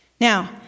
Now